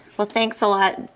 well, thanks a lot,